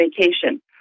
vacation